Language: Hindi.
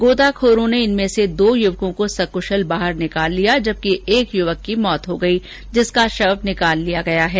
गोताखोरों ने इनमें से दो युवकों को सकुशल बाहर निकाल लिया है जबकि एक युवक की मौत हो गई जिसका शव निकाल लिया गया है